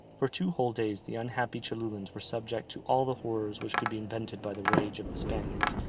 for two whole days the unhappy cholulans were subject to all the horrors which could be invented by the rage of the spaniards,